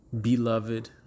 beloved